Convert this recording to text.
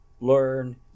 learn